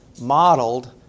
modeled